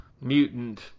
mutant